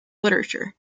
literature